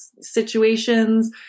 situations